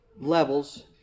levels